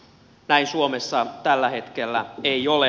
näin suomessa tällä hetkellä ei ole